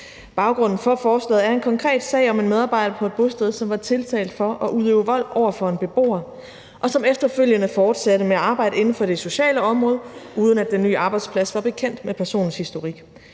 Baggrunden for forslaget er en konkret sag om en medarbejder på et bosted, som var tiltalt for at udøve vold over for en beboer, og som efterfølgende fortsatte med at arbejde inden for det sociale område, uden at den nye arbejdsplads var bekendt med personens historik.